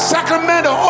Sacramento